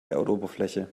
erdoberfläche